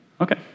Okay